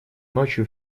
ночью